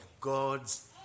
God's